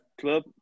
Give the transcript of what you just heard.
club